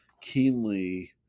keenly